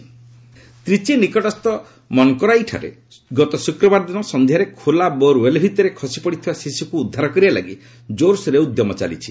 ତ୍ରିଚି ତ୍ରିଚି ନିକଟସ୍ଥ ମନାକରାଇଠାରେ ଗତଶୁକ୍ରବାର ଦିନ ସନ୍ଧ୍ୟାରେ ଖୋଲା ବୋର୍ୱେଲ୍ ଭିତରେ ଖସିପଡ଼ିଥିବା ଶିଶୁକୁ ଉଦ୍ଧାର କରିବା ଲାଗି ଜୋର୍ସୋରରେ ଉଦ୍ୟମ ଚାଲିଛି